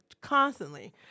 Constantly